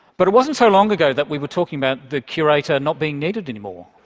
but it wasn't so long ago that we were talking about the curator not being needed anymore.